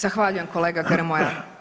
Zahvaljujem kolega Grmoja.